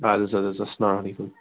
اَدٕ حظ اَدٕ حظ اسلامُ علیکُم